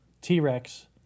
T-Rex